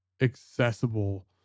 accessible